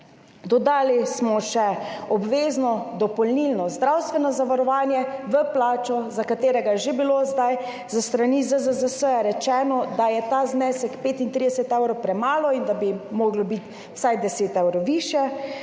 Dodali smo še obvezno dopolnilno zdravstveno zavarovanje v plačo, za katerega je bilo že zdaj s strani ZZZS rečeno, da je ta znesek 35 evrov premalo in da bi moral biti vsaj 10 evrov višji.